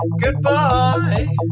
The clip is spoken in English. Goodbye